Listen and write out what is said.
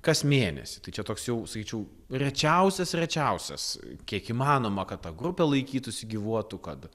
kas mėnesį tai čia toks jau sakyčiau rečiausias rečiausias kiek įmanoma kad ta grupė laikytųsi gyvuotų kad